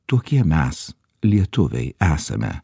tokie mes lietuviai esame